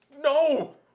No